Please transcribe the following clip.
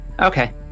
Okay